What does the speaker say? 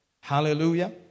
Hallelujah